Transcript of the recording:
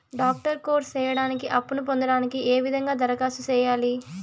Doctor course సేయడానికి అప్పును పొందడానికి ఏ విధంగా దరఖాస్తు సేయాలి?